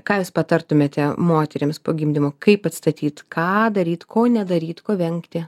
ką jūs patartumėte moterims po gimdymo kaip atstatyt ką daryt ko nedaryt ko vengti